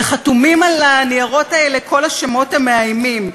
וחתומים על הניירות האלה כל השמות המאיימים: